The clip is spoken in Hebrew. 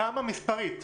כמה מספרית,